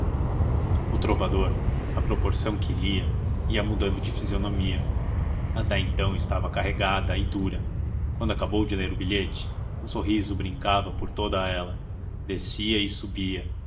o trovador à proporção que lia ia mudando de fisionomia até então estava carregada e dura quando acabou de ler o bilhete um sorriso brincava por toda ela descia e subia